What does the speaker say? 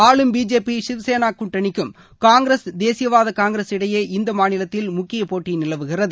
ஆளும் பிஜேபி சிவசேனா கூட்டணிக்கும் காங்கிரஸ் தேசிய வாத காங்கிரஸ் கூட்டணிக்கும் இடையே இந்த மாநிலத்தில் முக்கிய போட்டி நிலவுகிறது